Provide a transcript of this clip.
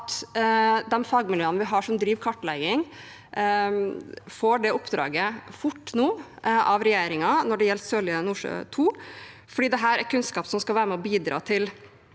fagmiljøene vi har som driver med kartlegging, får det oppdraget fort nå av regjeringen når det gjelder Sørlige Nordsjø II, fordi den kunnskapen de finner, skal være med og bidra til